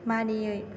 मानियै